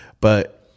but-